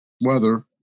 weather